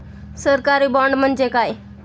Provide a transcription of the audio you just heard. सरकारी बाँड म्हणजे काय?